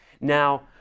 Now